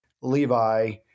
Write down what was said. Levi